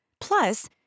Plus